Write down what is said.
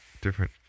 Different